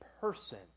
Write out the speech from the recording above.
person